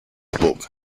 book